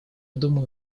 думаю